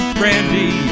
brandy